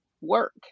work